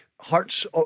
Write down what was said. Hearts